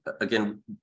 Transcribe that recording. again